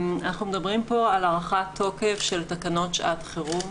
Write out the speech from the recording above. על הארכת תוקף של תקנות שעת חירום,